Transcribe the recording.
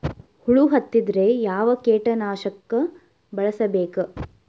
ಹುಳು ಹತ್ತಿದ್ರೆ ಯಾವ ಕೇಟನಾಶಕ ಬಳಸಬೇಕ?